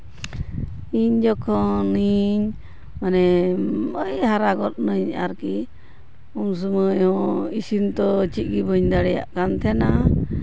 ᱤᱧ ᱡᱚᱠᱷᱚᱱᱤᱧ ᱢᱟᱱᱮ ᱦᱟᱨᱟ ᱜᱚᱫ ᱱᱟᱹᱧ ᱟᱨᱠᱤ ᱩᱱ ᱥᱚᱢᱚᱭ ᱦᱚᱸ ᱤᱥᱤᱱ ᱛᱚ ᱪᱮᱫ ᱜᱮ ᱵᱟᱹᱧ ᱫᱟᱲᱮᱭᱟᱜ ᱠᱟᱱ ᱛᱟᱦᱮᱱᱟ